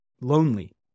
lonely